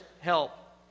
help